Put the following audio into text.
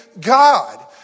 God